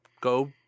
go